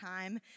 time